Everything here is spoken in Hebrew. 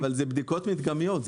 אלה בדיקות מדגמיות.